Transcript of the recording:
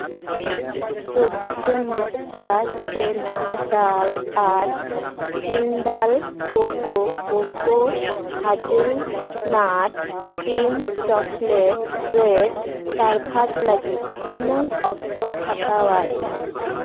ᱪᱚᱵᱵᱤᱥᱮ ᱢᱟᱛᱨᱟ ᱪᱷᱮᱱᱟ ᱰᱟᱞ ᱟᱨ ᱡᱤᱱᱰᱟᱞ cocoa cocoa hazelnut cream chocolates plate ᱥᱟᱨᱵᱷᱟᱨ ᱞᱟᱹᱜᱤᱫ ᱛᱤᱱᱟᱹᱝ ᱚᱠᱛᱚ ᱦᱟᱛᱟᱣᱟᱭ